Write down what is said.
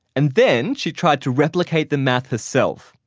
and then she tried to replicate the math herself.